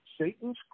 Satan's